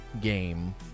game